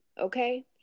okay